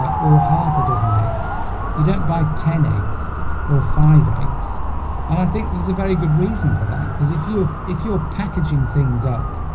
or half a dozen eggs you don't buy ten eggs or five eggs and i think there's a very good reason for that because if you if you're packaging things up